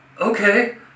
okay